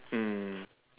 mm